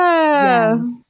Yes